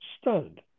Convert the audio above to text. Stunned